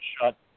shut